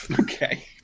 Okay